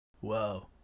Whoa